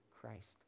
christ